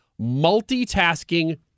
multitasking